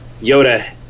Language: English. Yoda